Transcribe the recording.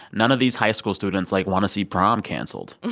none of these high school students, like, want to see prom canceled. like,